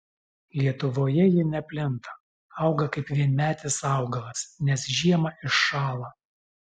lietuvoje ji neplinta auga kaip vienmetis augalas nes žiemą iššąla